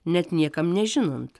net niekam nežinant